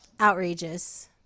outrageous